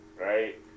right